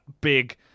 big